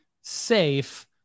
safe